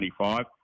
25